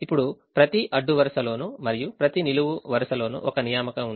ఇప్పుడు ప్రతి అడ్డు వరుసలోను మరియు ప్రతి నిలువు వరుసలోను ఒక నియామకం ఉంది